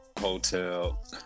hotel